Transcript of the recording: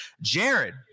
Jared